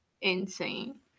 insane